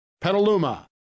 Petaluma